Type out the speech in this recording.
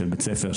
של בית-ספר,